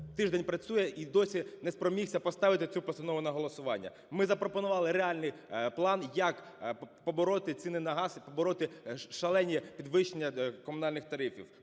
тиждень працює - і досі не спромігся поставити цю постанову на голосування. Ми запропонували реальний план, як побороти ціни на газ і побороти шалені підвищення комунальних тарифів.